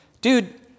Dude